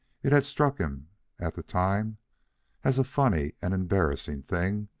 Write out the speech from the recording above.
it had struck him at the time as a funny and embarrassing thing,